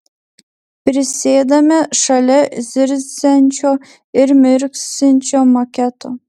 prisėdame šalia zirziančio ir mirksinčio maketo